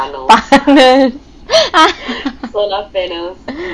panels